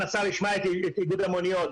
חשוב מאוד שגם השר ישמע את איגוד המוניות.